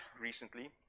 recently